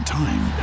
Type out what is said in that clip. time